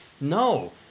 No